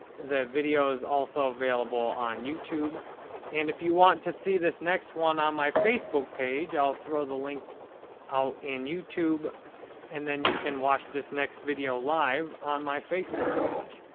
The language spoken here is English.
the video is also available on youtube and if you want to see this next one on my facebook page, i'll throw the link out in youtube and then you can watch this next video live on my facebook page.